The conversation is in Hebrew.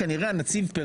כנראה הנציב,